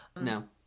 No